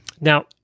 Now